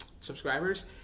subscribers